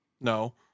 No